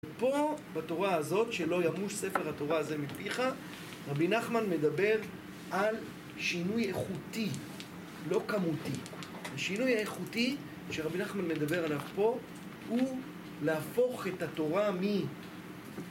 ופה בתורה הזאת שלא ימוש ספר התורה הזה מפיך, רבי נחמן מדבר על שינוי איכותי, לא כמותי. השינוי האיכותי שרבי נחמן מדבר עליו פה הוא להפוך את התורה מ...